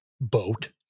boat